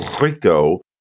Rico